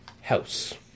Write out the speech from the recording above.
house